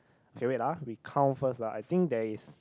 okay wait ah we count first lah I think there is